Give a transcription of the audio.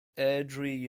airdrie